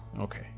Okay